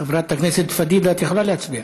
חברת הכנסת פדידה, את יכולה להצביע.